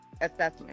assessment